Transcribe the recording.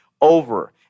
over